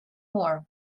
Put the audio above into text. more